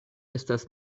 estas